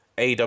AW